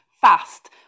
fast